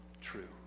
true